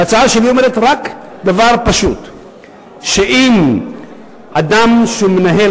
וההצעה שלי אומרת רק דבר פשוט אדם שמנהל